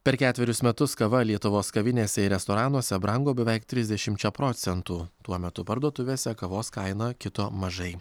per ketverius metus kava lietuvos kavinėse ir restoranuose brango beveik trisdešimčia procentų tuo metu parduotuvėse kavos kaina kito mažai